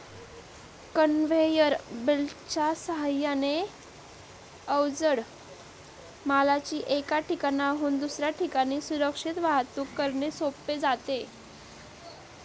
conveyor बेल्टच्या साहाय्याने अवजड मालाची एका ठिकाणाहून दुसऱ्या ठिकाणी सुरक्षित वाहतूक करणे सोपे जाते